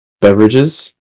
beverages